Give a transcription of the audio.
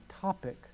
topic